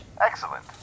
Excellent